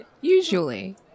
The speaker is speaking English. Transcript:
Usually